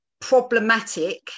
problematic